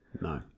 No